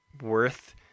worth